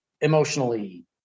emotionally